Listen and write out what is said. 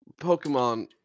Pokemon